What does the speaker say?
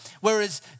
Whereas